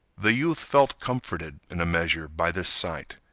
the youth felt comforted in a measure by this sight.